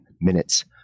minutes